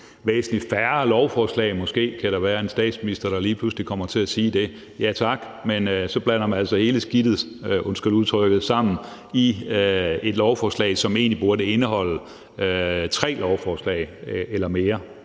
væsentlig færre lovforslag – måske kan der være en statsminister, der lige pludselig kommer til at sige det. Ja tak, men så blander man altså hele skidtet, undskyld udtrykket, sammen i et lovforslag, som egentlig burde opdeles i tre lovforslag eller mere,